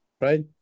right